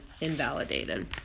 invalidated